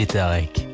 Tarek